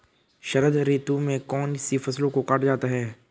शरद ऋतु में कौन सी फसलों को काटा जाता है?